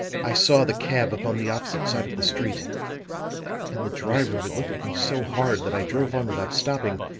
i saw the cab upon the opposite side of the street and the driver of it looked at me so hard that i drove on without stopping,